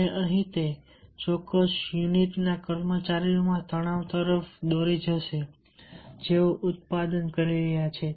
અને અહીં તે ચોક્કસ યુનિટના કર્મચારીઓમાં તણાવ તરફ દોરી જશે જેઓ ઉત્પાદન કરી રહ્યા છે